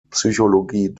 psychologie